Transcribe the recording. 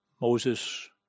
Moses